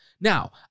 Now